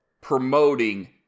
promoting